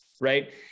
right